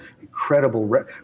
Incredible